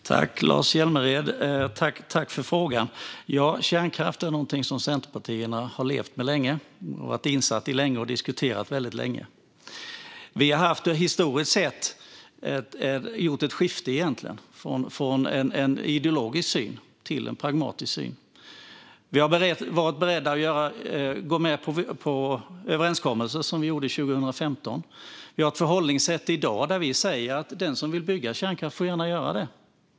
Fru talman! Tack, Lars Hjälmered, för frågan! Kärnkraften är något som Centerpartiet har levt med, varit insatt i och diskuterat länge. Vi har historiskt sett gjort ett skifte från en ideologisk syn till en pragmatisk syn. Vi har varit beredda att gå med på överenskommelser, som vi gjorde 2015. Vi har ett förhållningssätt i dag där vi säger att den som vill bygga kärnkraft gärna får göra det.